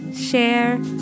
share